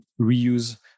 reuse